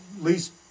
least